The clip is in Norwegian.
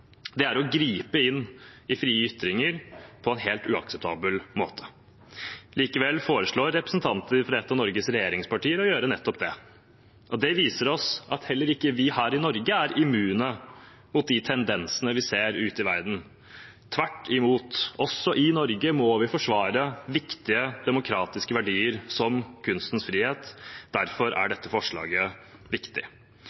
er å gripe inn i frie ytringer på en helt uakseptabel måte. Likevel foreslår representanter fra et av Norges regjeringspartier å gjøre nettopp det. Det viser oss at heller ikke vi her i Norge er immune mot de tendensene vi ser ute i verden – tvert imot. Også i Norge må vi forsvare viktige demokratiske verdier, som kunstens frihet. Derfor er